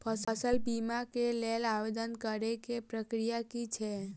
फसल बीमा केँ लेल आवेदन करै केँ प्रक्रिया की छै?